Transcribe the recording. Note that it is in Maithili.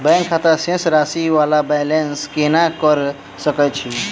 बैंक खाता शेष राशि वा बैलेंस केना कऽ सकय छी?